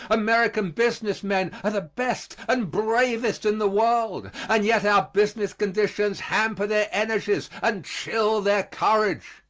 american business men are the best and bravest in the world, and yet our business conditions hamper their energies and chill their courage.